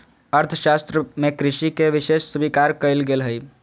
अर्थशास्त्र में कृषि के विशेष स्वीकार कइल गेल हइ